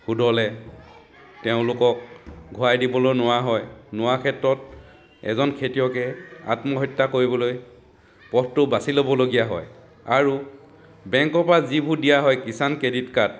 সুদলৈ তেওঁলোকক ঘূৰাই দিবলৈ নোৱাৰা হয় নোৱাৰা ক্ষেত্ৰত এজন খেতিয়কে আত্মহত্যা কৰিবলৈ পথটো বাছি ল'বলগীয়া হয় আৰু বেংকৰ পৰা যিবোৰ দিয়া হয় কিষাণ ক্ৰেডিট কাৰ্ড